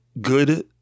good